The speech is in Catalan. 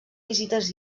visites